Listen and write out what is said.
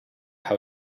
how